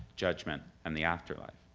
judgment and the afterlife.